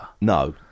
No